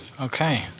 Okay